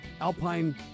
Alpine